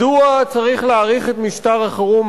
מדוע צריך להאריך את משטר החירום?